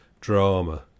drama